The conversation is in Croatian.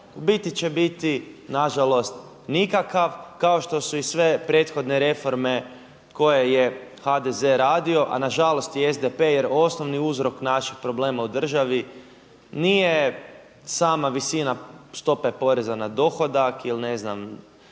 u biti će biti na žalost nikakav kao što su i sve prethodne reforme koje je HDZ radio, a na žalost i SDP jer osnovni uzrok naših problema u državi nije sama visina stope poreza na dohodak ili ne znam